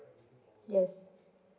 yes